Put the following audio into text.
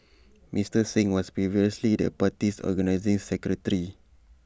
Mister Singh was previously the party's organising secretary